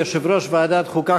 יושב-ראש ועדת חוקה,